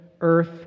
earth